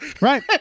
Right